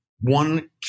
one